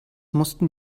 mussten